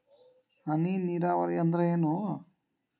ಹನಿ ನೇರಾವರಿ ಅಂದ್ರೇನ್ರೇ?